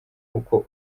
uko